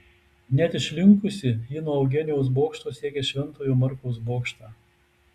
net išlinkusi ji nuo eugenijaus bokšto siekia šventojo morkaus bokštą